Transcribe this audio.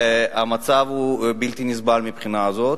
והמצב הוא בלתי נסבל מהבחינה הזאת.